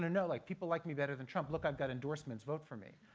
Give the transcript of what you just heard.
no, no, like people like me better than trump. look, i've got endorsements. vote for me.